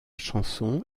chanson